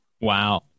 Wow